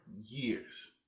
years